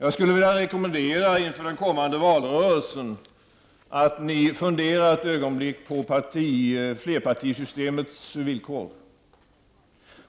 Jag skulle inför den kommande valrörelsen vilja rekommendera att ni funderar ett ögonblick på flerpartisystemets villkor.